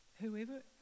Whoever